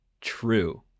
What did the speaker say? True